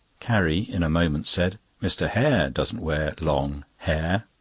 carrie in a moment said, mr. hare doesn't wear long hair.